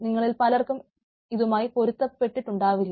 നിങ്ങളിൽ പലരും ഇതുമായി പൊരുത്തപ്പെട്ടിട്ടുണ്ടാവില്ല